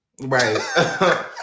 Right